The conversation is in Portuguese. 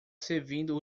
servindo